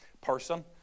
person